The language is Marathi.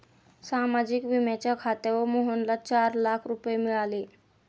सामाजिक विम्याच्या खात्यावर मोहनला चार लाख रुपये मिळाले